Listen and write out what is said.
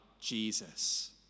Jesus